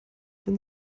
wenn